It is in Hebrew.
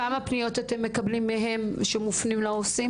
כמה פניות אתם מקבלים מהם שמופנים לעו"סים?